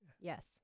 Yes